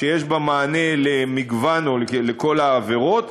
שיש בה מענה למגוון או לכל העבירות,